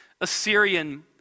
Assyrian